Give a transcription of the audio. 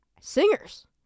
singers